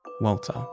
Walter